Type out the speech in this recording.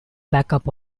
backup